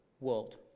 world